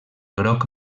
groc